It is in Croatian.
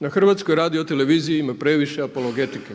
Na HRT-u ima previše apologetike,